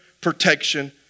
protection